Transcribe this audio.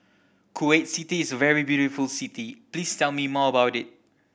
Kuwait City is a very beautiful city please tell me more about it